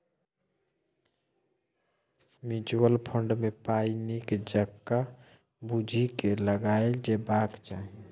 mutual fund मे पाइ नीक जकाँ बुझि केँ लगाएल जेबाक चाही